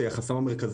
האלו.